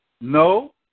No